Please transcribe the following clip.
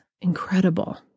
incredible